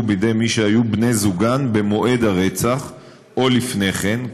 בידי מי שהיו בני זוגן במועד הרצח או לפני כן,